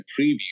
preview